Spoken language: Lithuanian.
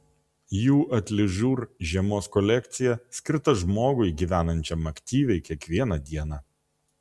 jų atližur žiemos kolekcija skirta žmogui gyvenančiam aktyviai kiekvieną dieną